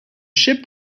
ship